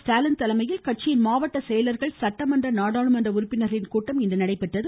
ஸ்டாலின் தலைமையில் கட்சியின் மாவட்ட செயலர்கள் சட்டமன்ற நாடாளுமன்ற உறுப்பினர்களின் கூட்டம் நடைபெற்றது